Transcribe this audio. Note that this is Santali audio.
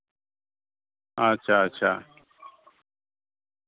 ᱟᱪᱪᱷᱟ ᱟᱪᱪᱷᱟ